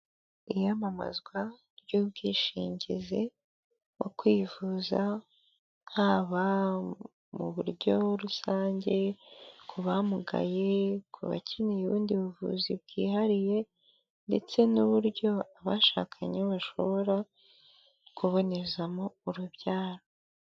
Iyamamazwa ry'ubwishingizi mu kwivuza haba mu buryo rusange ku bamugaye, ku bakeneye ubundi buvuzi bwihariye ndetse n'uburyo abashakanye bashobora kubonezamo urubyaro.